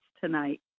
tonight